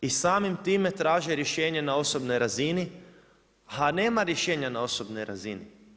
I samim time traže rješenje na osobnoj razini, a nema rješenja na osobnoj razini.